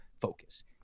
Focus